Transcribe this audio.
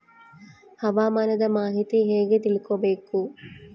ಹವಾಮಾನದ ಮಾಹಿತಿ ಹೇಗೆ ತಿಳಕೊಬೇಕು?